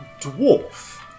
dwarf